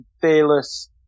fearless